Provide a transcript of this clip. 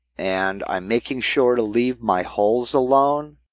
and um making sure to leave my holes alone.